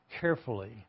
carefully